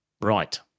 Right